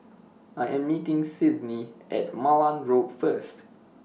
I Am meeting Sydni At Malan Road First